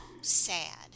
Sad